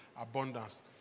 abundance